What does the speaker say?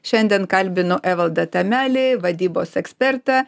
šiandien kalbinu evaldą tamelį vadybos ekspertą